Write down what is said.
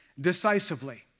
Decisively